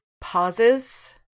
pauses